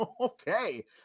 okay